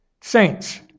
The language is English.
Saints